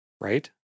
Right